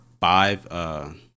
five